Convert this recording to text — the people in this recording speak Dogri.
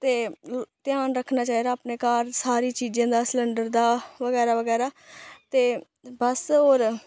ते ध्यान रक्खना चाहिदा अपने घर दा सारी चीजें दा ते सैंलडर दा बगैरा बगैरा ते बस होर